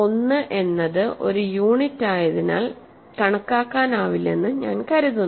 1 എന്നത് ഒരു യൂണിറ്റായതിനാൽ കണക്കാക്കാനാവില്ലെന്ന് ഞാൻ കരുതുന്നു